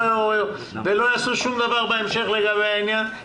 ולא יעשו שום דבר בהמשך לגבי העניין.